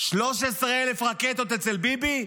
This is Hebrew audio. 13,000 רקטות אצל ביבי,